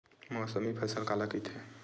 मौसमी फसल काला कइथे?